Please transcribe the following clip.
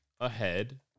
ahead